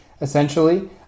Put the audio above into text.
essentially